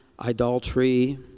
idolatry